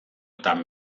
eta